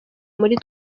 muri